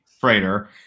freighter